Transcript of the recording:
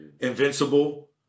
invincible